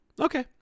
okay